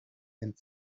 and